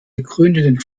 gegründeten